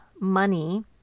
money